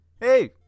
Hey